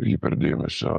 hiper dėmesio